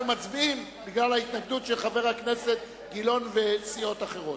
אנחנו מצביעים בגלל ההתנגדות של חבר הכנסת גילאון וסיעות אחרות.